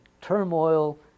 turmoil